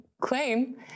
claim